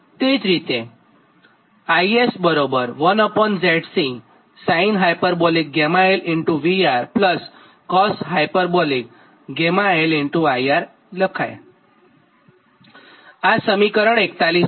તે જ રીતે આ સમીકરણ 41 છે